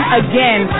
again